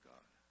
God